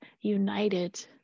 united